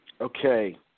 Okay